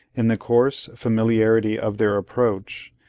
in the coarse familiarity of their approach,